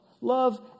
Love